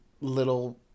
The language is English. little